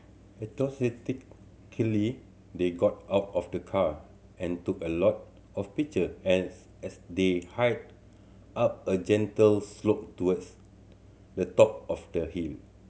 enthusiastically they got out of the car and took a lot of picture as as they hiked up a gentle slope towards the top of the hill